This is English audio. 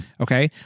Okay